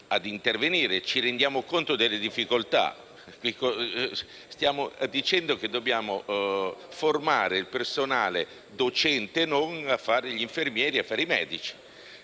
Ci rendiamo conto delle difficoltà: stiamo dicendo che dobbiamo formare il personale docente (e non) a fare gli infermieri e i medici.